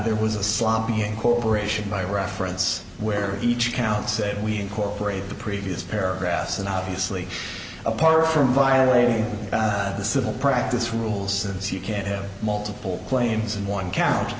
there was a sloppy incorporation by reference where each account said we incorporate the previous paragraphs and obviously apart from violating the civil practice rules since you can't have multiple claims in one count